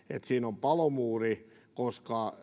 siinä on palomuuri koska